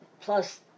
plus